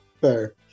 fair